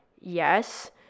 yes